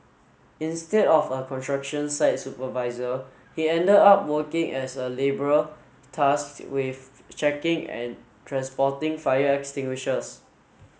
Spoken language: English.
instead of a construction site supervisor he ended up working as a labourer tasked with checking and transporting fire extinguishers